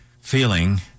feeling